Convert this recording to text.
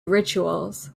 rituals